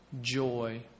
joy